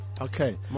Okay